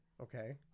Okay